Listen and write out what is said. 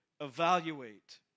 evaluate